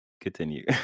Continue